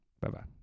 Bye-bye